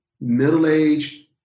middle-aged